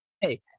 Hey